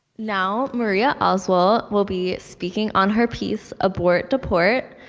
now, maria oswalt will be speaking on her piece, abort, deport.